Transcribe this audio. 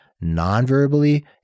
non-verbally